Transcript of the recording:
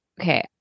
Okay